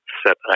set